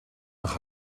nach